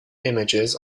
images